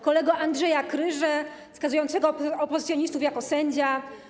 Kolego Andrzeja Kryże, skazującego opozycjonistów jako sędzia!